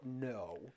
No